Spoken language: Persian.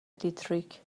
دیتریک